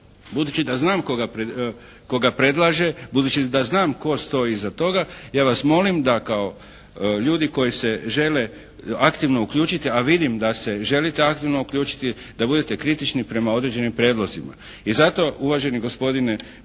Budući da znam tko ga predlaže, budući da znam tko stoji iza toga ja vas molim da kao ljudi koji se žele aktivno uključiti a vidim da se želite aktivno uključiti da budete kritični prema određenim prijedlozima. I zato, uvaženi gospodine